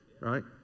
right